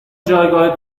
جایگاه